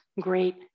great